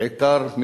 בעיקר,